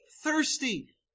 thirsty